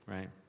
Right